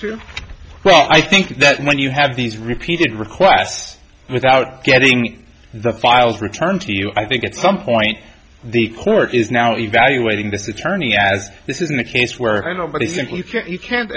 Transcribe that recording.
you well i think that when you have these repeated requests without getting the files returned to you i think at some point the court is now evaluating this attorney as this isn't a case where i know but i think you can't